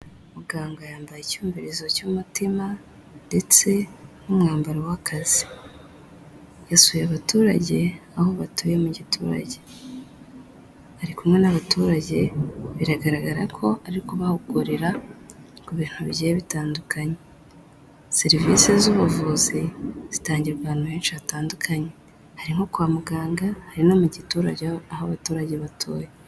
Muganga yambaye icyumvirizo cy'umutima, ndetse n'umwambaro w'akazi. Yasuye abaturage aho batuye mu giturage. Ari kumwe n'abaturage, biragaragara ko ari kubahugurira ku bintu bitandukanye. Serivisi z'ubuvuzi zitangirwa ahantu henshi hatandukanye. Hari nko kwa muganga hari no mu giturage aho abaturage batuye.